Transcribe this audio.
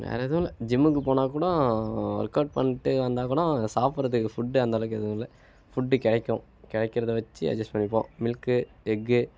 வேறு எதுவும் இல்லை ஜிம்முக்கு போனால் கூட ஒர்க்கோட் பண்ணிட்டு வந்தால் கூட சாப்புட்றத்துக்கு ஃபுட்டு அந்த அளவுக்கு எதுவும் இல்லை ஃபுட்டு கிடைக்கும் கிடைக்கிறத வச்சு அட்ஜெஸ்ட் பண்ணிப்போம் மில்க்கு எக்கு